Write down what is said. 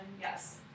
Yes